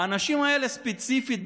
האנשים האלה ספציפית,